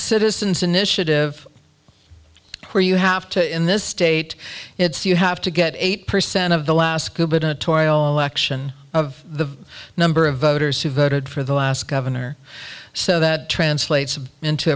citizen's initiative where you have to in this state it's you have to get eight percent of the last gubernatorial election of the number of voters who voted for the last governor so that translates into